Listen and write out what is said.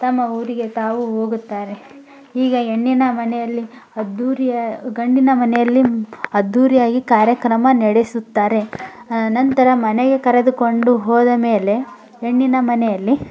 ತಮ್ಮ ಊರಿಗೆ ತಾವು ಹೋಗುತ್ತಾರೆ ಈಗ ಹೆಣ್ಣಿನ ಮನೆಯಲ್ಲಿ ಅದ್ದೂರಿಯ ಗಂಡಿನ ಮನೆಯಲ್ಲಿ ಅದ್ದೂರಿಯಾಗಿ ಕಾರ್ಯಕ್ರಮ ನಡೆಸುತ್ತಾರೆ ನಂತರ ಮನೆಗೆ ಕರೆದುಕೊಂಡು ಹೋದ ಮೇಲೆ ಹೆಣ್ಣಿನ ಮನೆಯಲ್ಲಿ